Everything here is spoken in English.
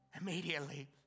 Immediately